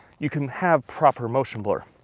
you can have proper motion blur.